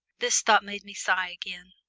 this thought made me sigh again.